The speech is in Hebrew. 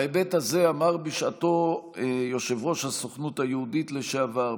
בהיבט הזה אמר בשעתו יושב-ראש הסוכנות היהודית לשעבר,